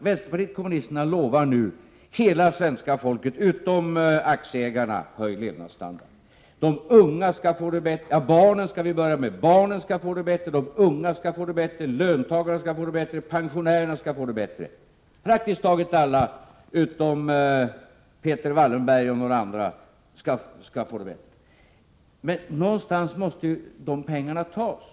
Vänsterpartiet kommunisterna lovar hela svenska folket utom aktieägarna höjd levnadsstandard. Barnen, de unga, löntagarna och pensionärerna skall få det bättre. Praktiskt taget alla, utom Peter Wallenberg och några andra, skall få det bättre. Men någonstans måste ju pengarna tas.